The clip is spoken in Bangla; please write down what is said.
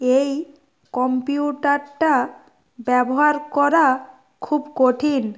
এই কম্পিউটারটা ব্যবহার করা খুব কঠিন